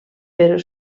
però